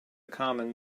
common